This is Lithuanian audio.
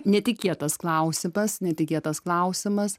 netikėtas klausimas netikėtas klausimas